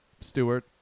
Stewart